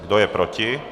Kdo je proti?